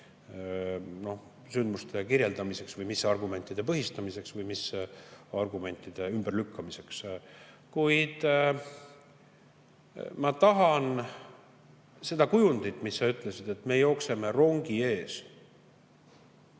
sündmuste kirjeldamiseks või mis argumentide põhistamiseks või mis argumentide ümberlükkamiseks. Kuid ma tahan [peatuda] sellel kujundil, mis sa ütlesid, et me jookseme rongi ees.